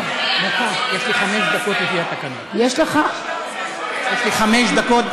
יש לי חמש דקות.